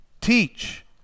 Teach